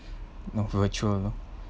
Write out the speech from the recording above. you know virtual you know